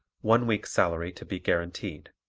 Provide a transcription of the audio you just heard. one week's salary to be guaranteed.